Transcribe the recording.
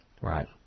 Right